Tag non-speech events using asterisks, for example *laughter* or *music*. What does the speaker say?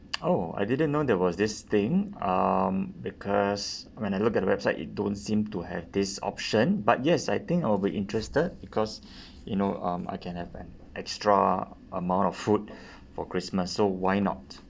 *noise* oh I didn't know there was this thing um because when I look at the website it don't seem to have this option but yes I think I'll be interested because *breath* you know um I can have an extra amount of food *breath* for christmas so why not